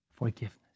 forgiveness